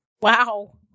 Wow